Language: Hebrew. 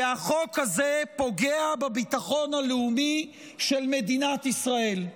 כי החוק הזה פוגע בביטחון הלאומי של מדינת ישראל,